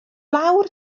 lawr